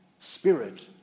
Spirit